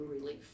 relief